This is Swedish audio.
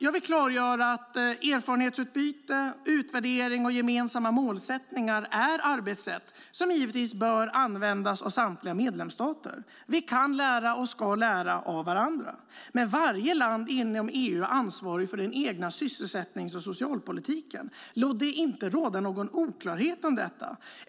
Jag vill klargöra att erfarenhetsutbyte, utvärdering och gemensamma målsättningar är arbetssätt som givetvis bör användas av samtliga medlemsstater. Vi kan lära och ska lära av varandra, men varje land inom EU är ansvarigt för den egna sysselsättnings och socialpolitiken. Låt det inte råda någon oklarhet om detta!